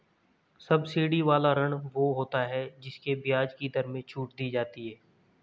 subsidy वाला ऋण वो होता है जिसकी ब्याज की दर में छूट दी जाती है